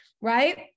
Right